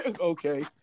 Okay